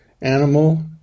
animal